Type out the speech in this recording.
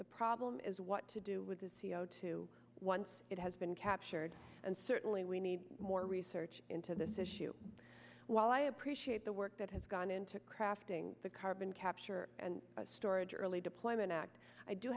the problem is what to do with the c o two once it has been captured and certainly we need more research into this issue while i appreciate the work that has gone into crafting the carbon capture and storage early deployment act i do